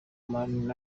man